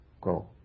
go